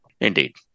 Indeed